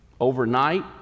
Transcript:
Overnight